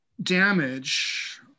damage